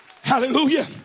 hallelujah